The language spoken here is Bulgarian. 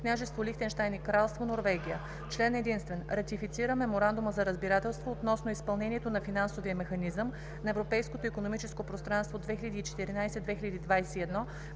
Княжество Лихтенщайн и Кралство Норвегия Член единствен. Ратифицира Меморандума за разбирателство относно изпълнението на Финансовия механизъм на Европейското икономическо пространство 2014-2021